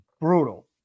brutal